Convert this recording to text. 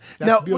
Now